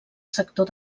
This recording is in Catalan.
sector